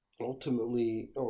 ultimately